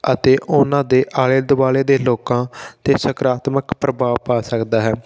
ਅਤੇ ਉਹਨਾਂ ਦੇ ਆਲੇ ਦੁਆਲੇ ਦੇ ਲੋਕਾਂ 'ਤੇ ਸਕਾਰਾਤਮਕ ਪ੍ਰਭਾਵ ਪਾ ਸਕਦਾ ਹੈ